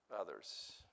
others